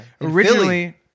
originally